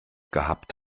gehabt